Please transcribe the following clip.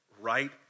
right